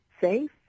safe